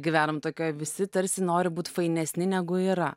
gyvenam tokioj visi tarsi nori būt fainesni negu yra